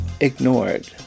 ignored